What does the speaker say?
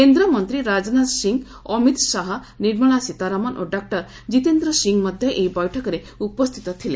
କେନ୍ଦ୍ରମନ୍ତ୍ରୀ ରାଜନାଥ ସିଂ ଅମିତ ଶାହା ନିର୍ମଳା ସୀତାରମଣ ଓ ଡକୁର ଜିତେନ୍ଦ୍ର ସିଂ ମଧ୍ୟ ଏହି ବୈଠକରେ ଉପସ୍ଥିତ ଥିଲେ